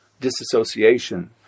disassociation